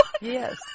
Yes